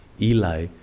Eli